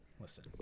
Listen